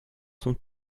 sont